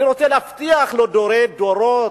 אני רוצה להבטיח לדורי דורות,